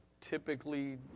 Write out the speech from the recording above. typically